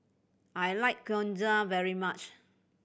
I like Gyoza very much